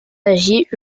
lagier